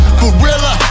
gorilla